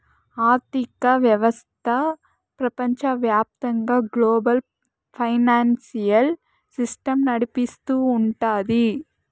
ఆర్థిక వ్యవస్థ ప్రపంచవ్యాప్తంగా గ్లోబల్ ఫైనాన్సియల్ సిస్టమ్ నడిపిస్తూ ఉంటది